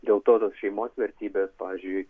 dėl to tos šeimos vertybės pavyzdžiui